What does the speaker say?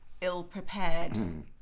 ill-prepared